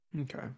Okay